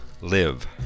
live